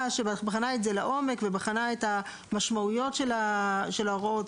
שבחנה את זה לעומק ובחנה את המשמעויות של ההוראות,